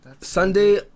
Sunday